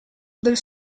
del